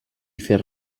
fer